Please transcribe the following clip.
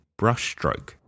brushstroke